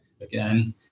again